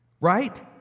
right